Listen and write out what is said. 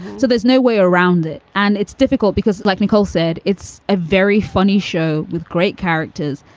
so there's no way around it. and it's difficult because, like nicole said, it's a very funny show with great characters.